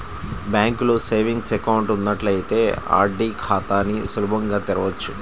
బ్యాంకులో savings account ఉన్నట్లయితే RD ఖాతాని సులభంగా తెరవచ్చు